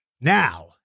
Now